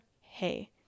hey